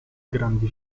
grandi